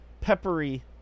peppery